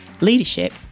leadership